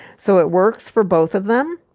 so it works for both of them.